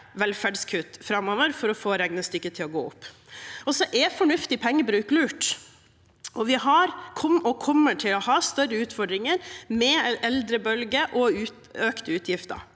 velferdskutt framover for å få regnestykket til å gå opp. Fornuftig pengebruk er lurt, og vi har, og kommer til å ha, større utfordringer med eldrebølge og økte utgifter.